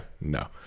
no